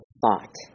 thought